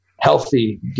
healthy